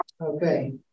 Okay